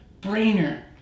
brainer